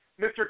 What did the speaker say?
Mr